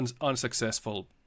unsuccessful